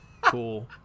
Cool